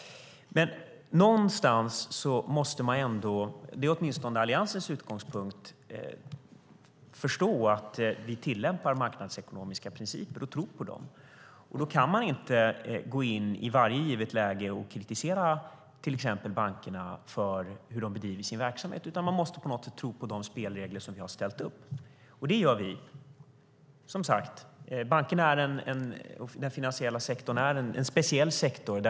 Man måste förstå att vi tillämpar marknadsekonomiska principer och tror på dem. Det är åtminstone Alliansens utgångspunkt. Då kan man inte i varje givet läge gå in och kritisera till exempel bankerna för hur de bedriver sin verksamhet. Man måste på något sätt tro på de spelregler som vi har ställt upp, och det gör vi. Som sagt är bankerna och den finansiella sektorn speciella.